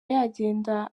yagenda